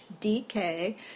DK